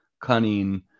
cunning